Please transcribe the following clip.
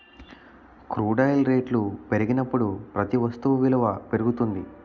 crude oil రేట్లు పెరిగినప్పుడు ప్రతి వస్తు విలువ పెరుగుతుంది